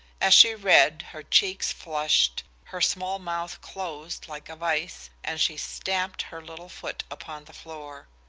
as she read, her cheek flushed, her small mouth closed like a vise, and she stamped her little foot upon the floor.